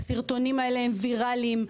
הסרטונים האלה ויראליים.